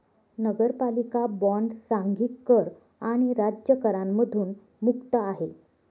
नगरपालिका बॉण्ड सांघिक कर आणि राज्य करांमधून मुक्त आहे